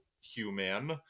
human